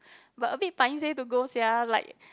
but a bit paiseh to go sia like